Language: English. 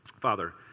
Father